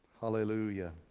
Hallelujah